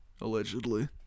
allegedly